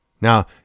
Now